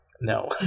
No